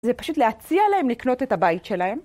זה פשוט להציע להם לקנות את הבית שלהם.